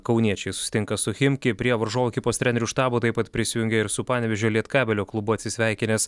kauniečiai susitinka su chimki prie varžovų ekipos trenerių štabo taip pat prisijungė ir su panevėžio lietkabelio klubu atsisveikinęs